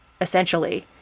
essentially